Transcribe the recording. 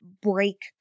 break